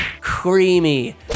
creamy